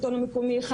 המקומי.